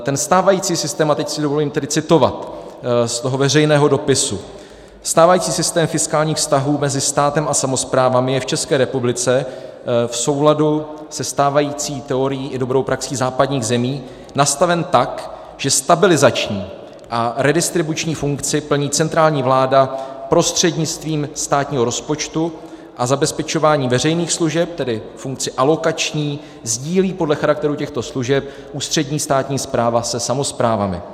Ten stávající systém a teď si dovolím citovat z toho veřejného dopisu stávající systém fiskálních vztahů mezi státem a samosprávami je v České republice v souladu se stávající teorií i dobrou praxí západních zemí nastaven tak, že stabilizační a redistribuční funkci plní centrální vláda prostřednictvím státního rozpočtu, a zabezpečování veřejných služeb, tedy funkci alokační, sdílí podle charakteru těchto služeb ústřední státní správa se samosprávami.